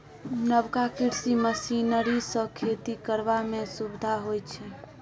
नबका कृषि मशीनरी सँ खेती करबा मे सुभिता होइ छै